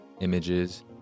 images